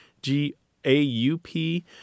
G-A-U-P